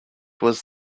was